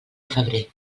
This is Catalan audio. febrer